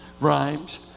rhymes